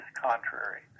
contrary